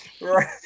right